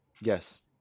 yes